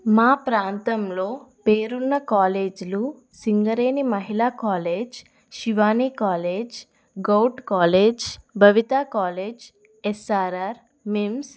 మా ప్రాంతంలో పేరున్న కాలేజ్లు సింగరేణి మహిళా college Shivani college govt college Bhavitha college SRR MIMS